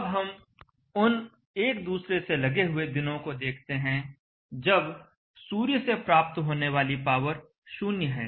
अब हम उन एक दूसरे से लगे हुए दिनों को देखते हैं जब सूर्य से प्राप्त होने वाली पावर शून्य है